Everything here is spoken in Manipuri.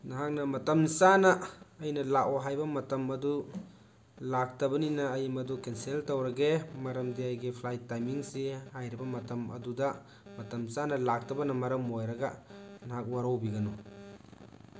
ꯅꯍꯥꯛꯅ ꯃꯇꯝ ꯆꯥꯅ ꯑꯩꯅ ꯂꯥꯛꯑꯣ ꯍꯥꯏꯕ ꯃꯇꯝ ꯑꯗꯨ ꯂꯥꯛꯇꯕꯅꯤꯅ ꯑꯩ ꯃꯗꯨ ꯀꯦꯟꯁꯦꯜ ꯇꯧꯔꯒꯦ ꯃꯔꯝꯗꯤ ꯑꯩꯒꯤ ꯐ꯭ꯂꯥꯏꯠ ꯇꯥꯏꯃꯤꯡꯁꯤ ꯍꯥꯏꯔꯤꯕ ꯃꯇꯝ ꯑꯗꯨꯗ ꯃꯇꯝ ꯆꯥꯅ ꯂꯥꯛꯇꯕꯅ ꯃꯔꯝ ꯑꯣꯏꯔꯒ ꯅꯍꯥꯛ ꯋꯥꯔꯧꯕꯤꯒꯅꯨ